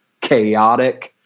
chaotic